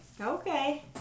Okay